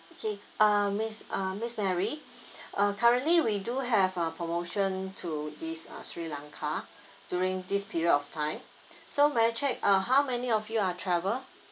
okay uh miss uh miss mary uh currently we do have a promotion to this uh sri lanka during this period of time so may I check uh how many of you are travel